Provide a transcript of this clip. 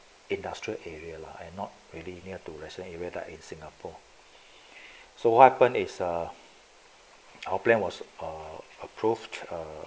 industrial area lah and not really near to resident area like in singapore so what happen is ah our plan err was approved err